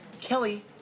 Kelly